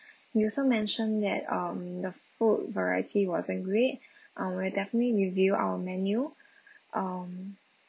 you also mentioned that um the food variety wasn't great uh we'll definitely review our menu um